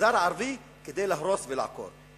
ובמגזר הערבי כדי להרוס ולעקור.